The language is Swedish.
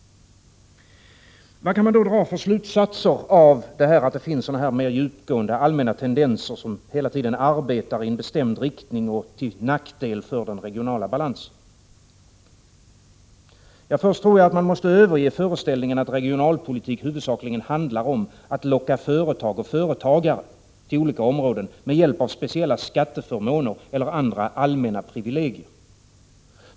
Vad kan man då dra för slutsatser av att det finns en sådan mer djupgående allmän tendens som hela tiden arbetar i en bestämd riktning och till nackdel för regional balans? Först tror jag att man måste överge föreställningen att regionalpolitik huvudsakligen handlar om att locka företag och företagare till olika områden med hjälp av speciella skatteförmåner eller andra allmänna privilegier.